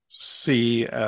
see